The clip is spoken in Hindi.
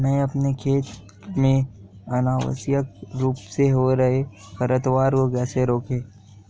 मैं अपने खेत में अनावश्यक रूप से हो रहे खरपतवार को कैसे रोकूं?